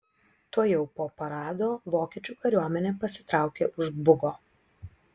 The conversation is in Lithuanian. tuojau po parado vokiečių kariuomenė pasitraukė už bugo